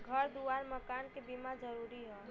घर दुआर मकान के बीमा जरूरी हौ